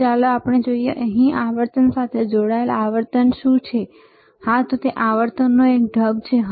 તો ચાલો જોઈએ અહીં આવર્તન સાથે જોડાયેલ આવર્તન શું છે હાતે આવર્તનનો એક ઢબ છે